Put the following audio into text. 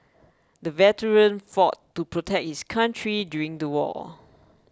the veteran fought to protect his country during the war